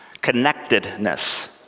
Connectedness